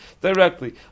directly